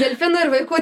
delfino ir vaikų